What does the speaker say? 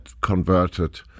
converted